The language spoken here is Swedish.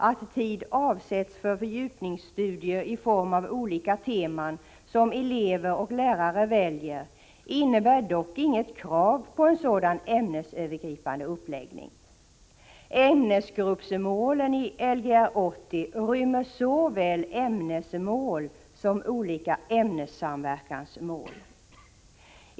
Att tid avsätts för fördjupningsstudier i form av olika teman som elever och lärare väljer innebär dock inget krav på en sådan ämnesövergripande uppläggning. Ämnesgruppsmålen i Lgr 80 rymmer såväl ämnesmål som olika ämnessamverkansmål.